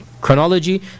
chronology